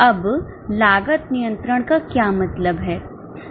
अब लागत नियंत्रण का क्या मतलब है